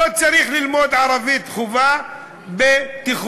לא צריך ללמוד ערבית כחובה בתיכונים.